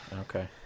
Okay